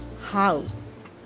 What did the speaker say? house